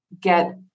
get